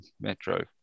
metro